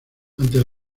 ante